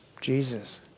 Jesus